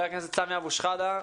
אבו שחאדה,